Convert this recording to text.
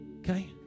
Okay